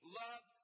love